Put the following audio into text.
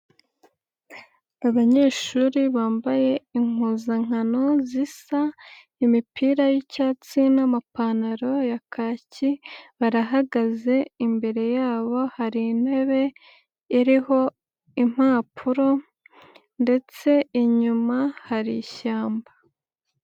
Abanyeshuri bambaye impuzankano zisa, imipira y'icyatsi n'amapantaro ya kaki, barahagaze imbere yabo hari intebe iriho impapuro ndetse inyuma hari ishyamba.